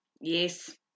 Yes